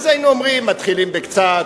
אז היינו אומרים: מתחילים בקצת,